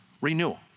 renewal